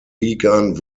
wigan